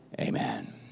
amen